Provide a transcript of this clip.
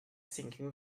sinking